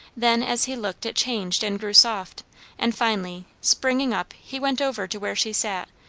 then as he looked it changed and grew soft and finally, springing up, he went over to where she sat,